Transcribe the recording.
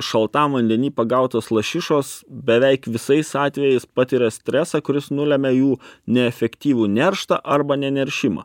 šaltam vandeny pagautos lašišos beveik visais atvejais patiria stresą kuris nulemia jų neefektyvų nerštą arba neneršimą